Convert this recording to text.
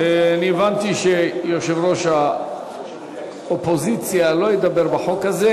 הבנתי שיושב-ראש האופוזיציה לא ידבר בחוק הזה.